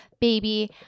baby